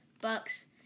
Bucks